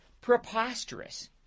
preposterous